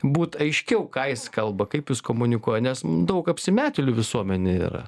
būt aiškiau ką jis kalba kaip jis komunikuoja nes daug apsimetėlių visuomenėj yra